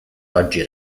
oggi